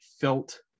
felt